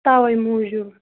تَوَے موٗجوٗب